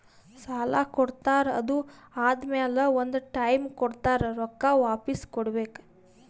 ಸಾಲಾ ಕೊಡ್ತಾರ್ ಅದು ಆದಮ್ಯಾಲ ಒಂದ್ ಟೈಮ್ ಕೊಡ್ತಾರ್ ರೊಕ್ಕಾ ವಾಪಿಸ್ ಕೊಡ್ಬೇಕ್